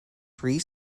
three